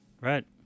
Right